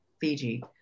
Fiji